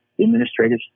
administrative